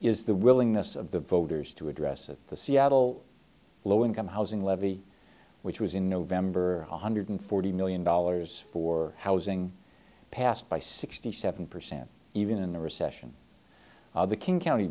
is the willingness of the voters to address that the seattle low income housing levy which was in november one hundred forty million dollars for housing passed by sixty seven percent even in a recession the king county